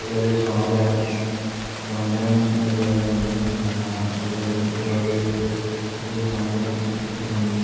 അതുപോലെ സാന്ത്വനം സാന്ത്വനം പരിപാലനം ഉണ്ട് അതുമൂലം ഒരുപാട് പേർക്ക് ഒരു സാന്ത്വനം കിട്ടുന്നുണ്ട്